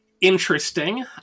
Interesting